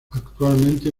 actualmente